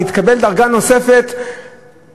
היא תקבל דרגה נוספת בחשבון,